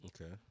Okay